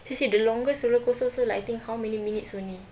you see the longest roller coaster also like I think how many minutes only